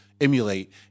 emulate